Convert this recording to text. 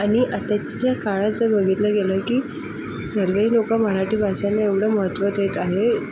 आणि आताचे काळाचं बघितलं गेलं की सर्व लोकं मराठी भाषेला एवढं महत्त्व देत आहे